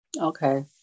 Okay